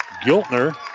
Giltner